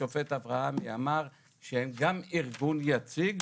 השופט אברהמי אמר שהם גם ארגון יציג,